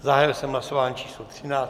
Zahájil jsem hlasování číslo 13.